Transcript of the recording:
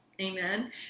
Amen